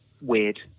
weird